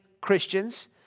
Christians